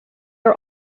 are